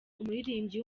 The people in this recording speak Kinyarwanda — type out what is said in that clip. umuririmbyi